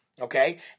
okay